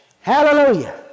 Hallelujah